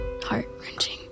heart-wrenching